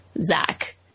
zach